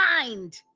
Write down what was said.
mind